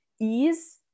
ease